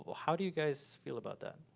how do you guys feel about that?